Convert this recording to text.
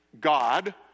God